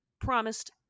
promised